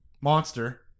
monster